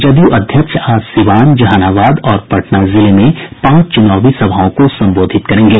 जदयू अध्यक्ष आज सिवान जहानाबाद और पटना जिले में पांच चुनावी सभाओं को संबोधित करेंगे